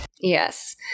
Yes